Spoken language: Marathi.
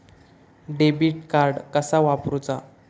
डेबिट कार्ड कसा वापरुचा?